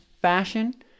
fashion